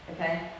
okay